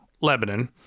Lebanon